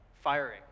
firing